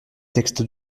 textes